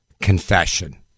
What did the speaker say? confession